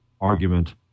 argument